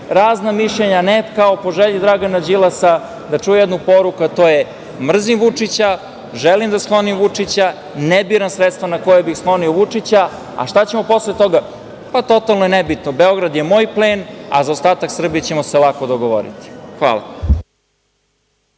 razna mišljenja, ne kao po želji Dragana Đilasa da čuju jednu poruku, a to je – mrzim Vučića, želim da sklonim Vučića, ne biram sredstva kojima bih sklonio Vučića. A šta ćemo posle toga? Pa totalno je nebitno, Beograd je moj plen, a za ostatak Srbije ćemo se lako dogovoriti. Hvala.